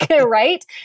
right